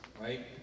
right